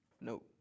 No